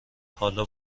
حالا